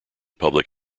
public